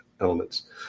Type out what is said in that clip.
elements